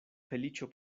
feliĉo